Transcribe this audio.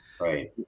Right